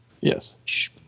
Yes